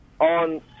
on